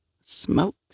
smoke